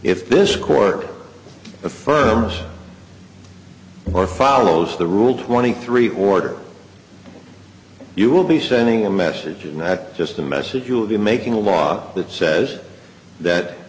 if this core affirms or follows the rule twenty three order you will be sending a message and that just a message you'll be making a law that says that